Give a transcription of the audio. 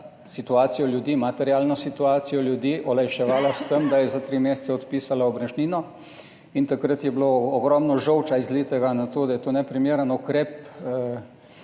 situacijo ljudi, materialno situacijo ljudi olajševala s tem, da je za tri mesece odpisala omrežnino. Takrat je bilo ogromno žolča izlitega, da je to neprimeren ukrep.